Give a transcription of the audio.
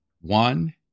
One